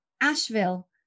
Asheville